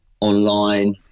online